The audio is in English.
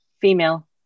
female